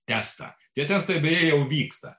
testą tie testai beje jau vyksta